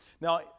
Now